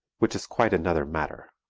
which is quite another matter.